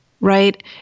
Right